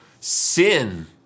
sin